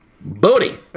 booty